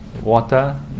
water